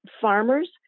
farmers